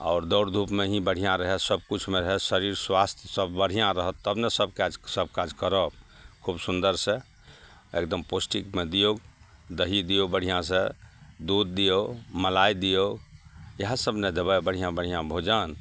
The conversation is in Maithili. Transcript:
आओर दौड़ धूपमे हीँ बढ़िआँ रहए सब खुशमे रहए शरीर स्वास्थ सब बढ़िआँ रहत तब ने सब काज सब काज करब खुब सुन्दर से एकदम पौष्टिकमे दियौ दही दियौ बढ़िआँसँ दूध दियौ मलाइ दियौ इहए सब ने देबै बढ़िआँ बढ़िआँ भोजन